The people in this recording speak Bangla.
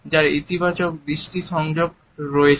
যার ইতিবাচক দৃষ্টি সংযোগ রয়েছে